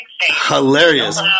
Hilarious